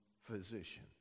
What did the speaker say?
physician